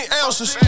ounces